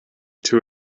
too